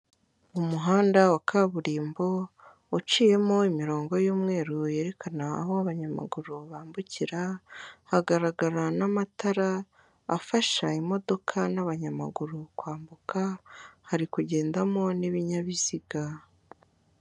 Umuhanda wa kaburimbo uciyemo imirongo y'umweruru yerekana aho abanyamaguru bambukira, hagaragara n'amatara afasha imodoka n'abanyamaguru kwambuka hari kugendamo n'ibinyabiziga.